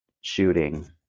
shooting